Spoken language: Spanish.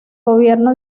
gobierno